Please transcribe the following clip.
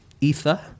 Ether